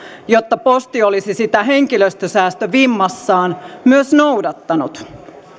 jotta posti olisi sitä henkilöstösäästövimmassaan myös noudattanut